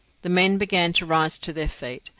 the men began to rise to their feet.